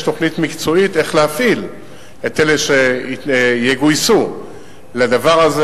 תוכנית מקצועית איך להפעיל את אלה שיגויסו לדבר הזה.